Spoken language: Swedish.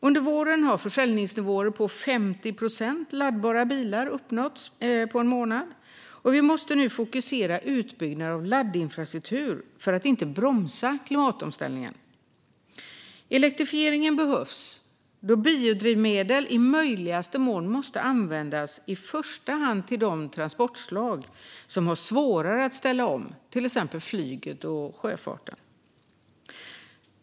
Under våren har en försäljningsökning på 50 procent för laddbara bilar uppnåtts på en månad. Vi måste nu fokusera på utbyggnad av laddinfrastruktur för att inte bromsa klimatomställningen. Elektrifieringen behövs då biodrivmedel i möjligaste mån måste användas i första hand till de transportslag som har svårare att ställa om, till exempel flyget och sjöfarten.